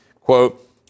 Quote